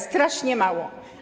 Strasznie mało.